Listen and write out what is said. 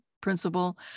Principle